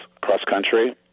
cross-country